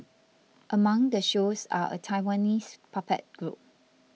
among the shows are a Taiwanese puppet group